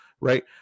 right